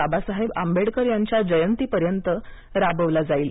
बाबासाहेब आंबेडकर यांच्या जयंतीपर्यंत राबवला जाईल